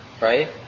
right